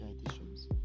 editions